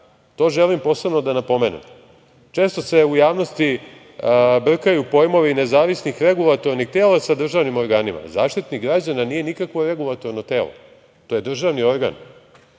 to želim posebno da napomenem, često se u javnosti brkaju pojmovi nezavisnih regulatornih tela sa državnim organima, Zaštitnik građana nije nikakvo regulatorno telo, to je državni organ,